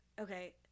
okay